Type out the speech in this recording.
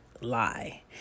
lie